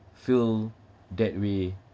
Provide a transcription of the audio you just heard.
feel that way